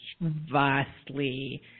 vastly